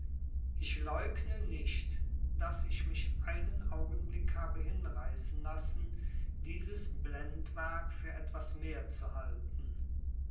ich leugne nicht daß ich mich einen augenblick habe hinreißen lassen dieses blendwerk für etwas mehr zu halten